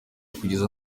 kugeza